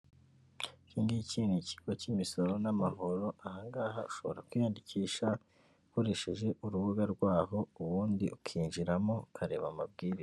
Iki ngiki ni ikigo cy'imisoro n'amahoro, aha ngaha ushobora kwiyandikisha ukoresheje urubuga rwaho, ubundi ukinjiramo ukareba amabwiriza.